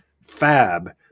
fab